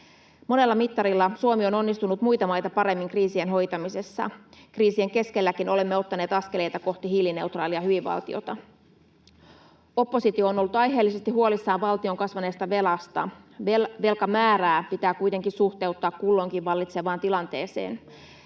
Monella mittarilla Suomi on onnistunut muita maita paremmin kriisien hoitamisessa. Kriisien keskelläkin olemme ottaneet askeleita kohti hiilineutraalia hyvinvointivaltiota. Oppositio on ollut aiheellisesti huolissaan valtion kasvaneesta velasta. Velkamäärää pitää kuitenkin suhteuttaa kulloinkin vallitsevaan tilanteeseen.